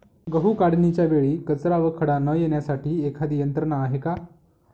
गहू काढणीच्या वेळी कचरा व खडा न येण्यासाठी एखादी यंत्रणा आहे का?